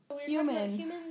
Human